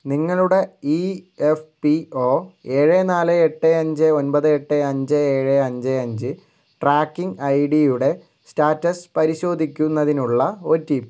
നിങ്ങളുടെ E F P O ഏഴ് നാല് എട്ട് അഞ്ച് ഒൻപത് എട്ട് അഞ്ച് ഏഴ് അഞ്ച് അഞ്ച് ട്രാക്കിംഗ് ഐഡിയുടെ സ്റ്റാറ്റസ് പരിശോധിക്കുന്നതിനുള്ള ഒ ടി പി